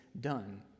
done